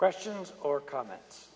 questions or comments